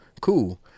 Cool